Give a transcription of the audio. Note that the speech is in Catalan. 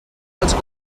els